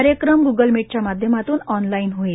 कार्यक्रम गूगल मीटच्या माध्यमात्न ऑनलाइन होईल